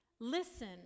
Listen